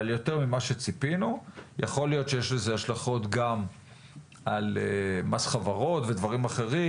יכול להיות שיש לזה השלכות גם על מס חברות ודברים אחרים